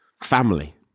family